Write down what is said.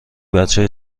بچه